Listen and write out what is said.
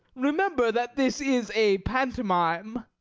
remember that this is a pantomime.